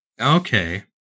Okay